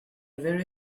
very